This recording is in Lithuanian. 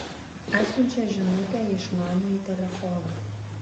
atsiunčia žinutę į išmanųjį telefoną